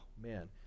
man